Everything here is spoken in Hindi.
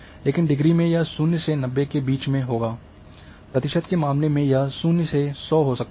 लेकिन डिग्री में यह 0 से 90 के बीच होगा प्रतिशत के मामले में यह 0 से 100 हो सकता है